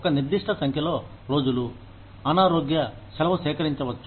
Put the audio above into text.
ఒక నిర్దిష్ట సంఖ్యలో రోజులు అనారోగ్య సెలవు సేకరించవచ్చు